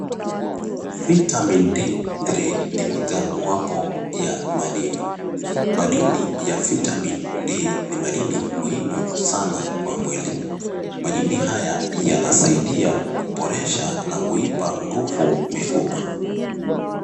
Vitamin D3 ni moja wapo ya madini. Madini ya Vitamin D ni madini muhimu sana kwa mwili. Madini haya yanasaidia kuboresha na kuipa nguvu mifupa.